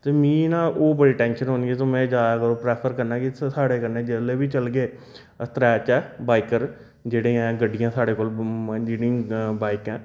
ते मिगी ना ओह् बड़ी टैन्शन रौंह्दी ऐ ते में जैदातर प्रैफर करना कि साढ़े कन्नै जिसलै बी चलगे अस त्रै गै बाइकर जेह्ड़े ऐं गड्डियां साढ़े कोल जेह्ड़ी बाइकां न